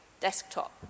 desktop